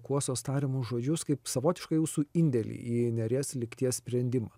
kuosos tariamus žodžius kaip savotišką jūsų indėlį į neries lygties sprendimą